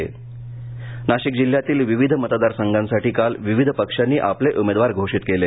नाशिक अर्ज नाशिक जिल्ह्यातील विविध मतदार संघांसाठी काल विविध पक्षांनी आपले उमेदवार घोषित केले